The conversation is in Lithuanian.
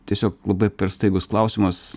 tiesiog labai per staigus klausimas